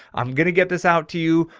i'm going to get this out to you,